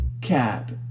cat